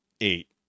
eight